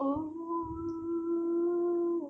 oo